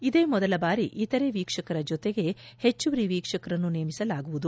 ಇದೇ ಮೊದಲ ಬಾರಿ ಇತರೆ ವೀಕ್ಷಕರ ಜೊತೆಗೆ ಹೆಚ್ಚುವರಿ ವೀಕ್ಷಕರನ್ತು ನೇಮಿಸಲಾಗುವುದು